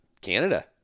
Canada